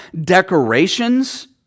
decorations